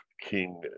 King